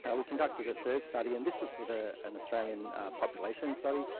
and we conducted a third study and this is with ah an austrailian population study,